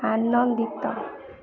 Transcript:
ଆନନ୍ଦିତ